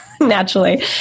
naturally